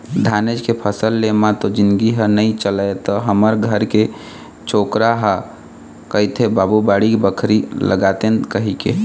धानेच के फसल ले म तो जिनगी ह नइ चलय त हमर घर के छोकरा कहिथे बाबू बाड़ी बखरी लगातेन कहिके